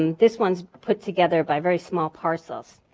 um this one's put together by very small parcels.